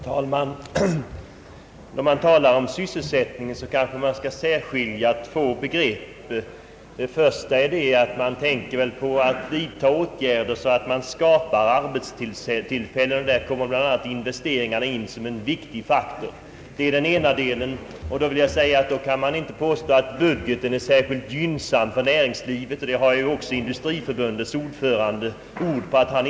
Herr talman! Då man talar om sysselsättningen bör man särskilja två begrepp. Det ena är att man skall tänka på att vidta åtgärder för att skapa arbetstillfällen. Där kommer bl.a. investeringarna in som en viktig faktor. I det avseendet kan man inte påstå att budgeten är särskilt gynnsam för näringslivet, och det har också Industriförbundets ordförande uttalat.